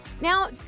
Now